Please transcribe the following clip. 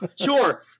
sure